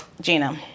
Gina